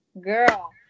girl